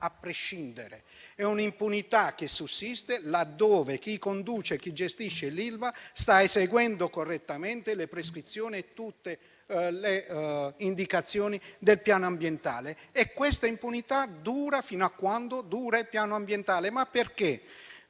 prescindere, ma sussiste laddove chi conduce e chi gestisce l'Ilva sta eseguendo correttamente le prescrizioni e tutte le indicazioni del piano ambientale; essa dura fino a quando dura il piano ambientale. Se